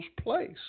place